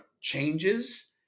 changes